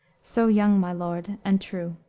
so young, my lord, and true.